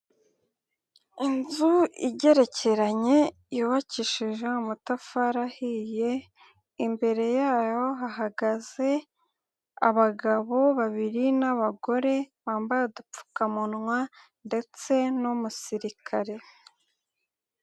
Inzu igerekeranye yubakishije amatafarihiye, imbere yayo hahagaze abagabo babiri n'abagore bambaye udupfukamunwa ndetse n'umusirikare.